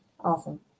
Awesome